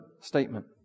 statement